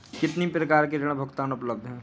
कितनी प्रकार के ऋण भुगतान उपलब्ध हैं?